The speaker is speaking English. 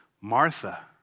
Martha